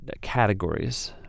categories